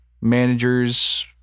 managers